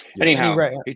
Anyhow